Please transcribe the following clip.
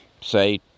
say